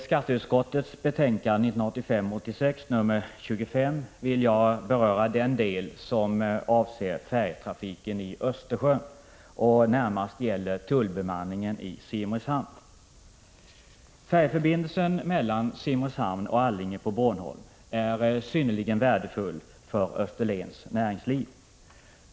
Herr talman! Jag ämnar beröra den del av skatteutskottets betänkande som avser färjetrafiken i Östersjön och närmast gäller tullbemanningen i Simrishamn. Färjeförbindelsen mellan Simrishamn och Allinge på Bornholm är synnerligen värdefull för Österlens näringsliv.